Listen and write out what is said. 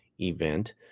event